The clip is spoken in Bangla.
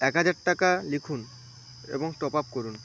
এক হাজার টাকা লিখুন এবং টপ আপ করুন